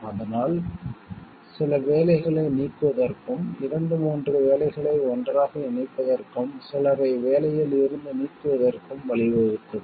அதனால் சில வேலைகளை நீக்குவதற்கும் இரண்டு மூன்று வேலைகளை ஒன்றாக இணைப்பதற்கும் சிலரை வேலையில் இருந்து நீக்குவதற்கும் வழிவகுத்தது